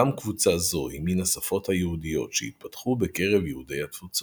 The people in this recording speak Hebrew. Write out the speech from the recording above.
גם קבוצה זו היא מן השפות היהודיות שהתפתחו בקרב יהודי התפוצות.